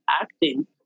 acting